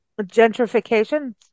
gentrification